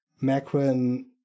Macron